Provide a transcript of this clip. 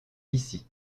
ici